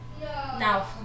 Now